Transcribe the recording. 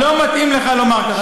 לא מתאים לך לומר כך.